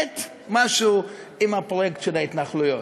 האט-משהו עם הפרויקט של ההתנחלויות.